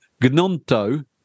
gnonto